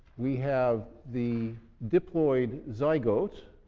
we have the diploid zygotes.